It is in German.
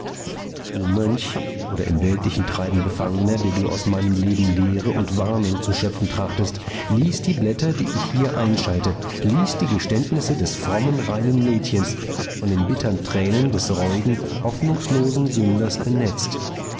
du mönch oder im weltlichen treiben befangener der du aus meinem leben lehre und warnung zu schöpfen trachtest lies die blätter die ich hier einschalte lies die geständnisse des frommen reinen mädchens von den bittern tränen des reuigen hoffnungslosen sünders benetzt